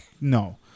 no